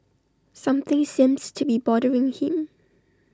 something seems to be bothering him